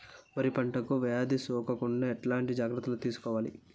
వరి పంటకు వ్యాధి సోకకుండా ఎట్లాంటి జాగ్రత్తలు తీసుకోవాలి?